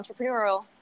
entrepreneurial